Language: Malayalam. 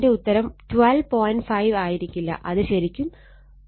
5 ആയിരിക്കില്ല അത് ശരിക്കും 125 ആണ്